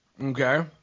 okay